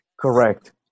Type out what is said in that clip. Correct